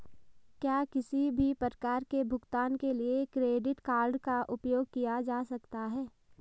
क्या किसी भी प्रकार के भुगतान के लिए क्रेडिट कार्ड का उपयोग किया जा सकता है?